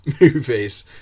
movies